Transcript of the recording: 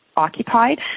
Occupied